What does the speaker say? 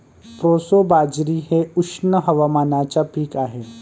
proso बाजरी हे उष्ण हवामानाचे पीक आहे